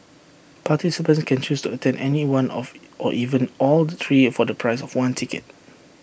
participants can choose to attend any one off or even all the three for the price of one ticket